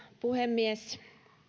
puhemies